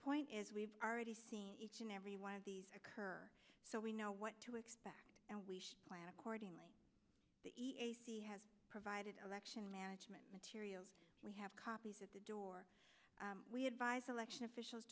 point is we've already seen each and every one of these occur so we know what to expect and we should accordingly the e c has provided election management material we have copies at the door we advise election officials